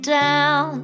down